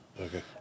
okay